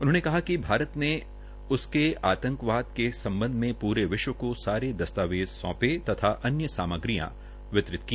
उन्होंने कहा कि भारत ने उसके आंतकवाद के सम्बध में पूरे विश्व को सारे दस्तावेत सौर्पे तथा अन्य सामग्रियां वितरित की